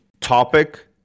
topic